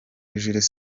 jules